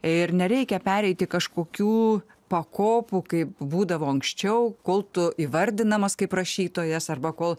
ir nereikia pereiti kažkokių pakopų kaip būdavo anksčiau kol tu įvardinamas kaip rašytojas arba kol